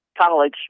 college